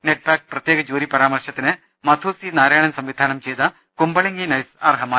NETPAC പ്രത്യേക jury പരാമർശത്തിന് Madhu C Narayanan സംവി ധാനം ചെയ്ത കുമ്പളങ്ങി നൈറ്റ്സ് അർഹമായി